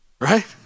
Right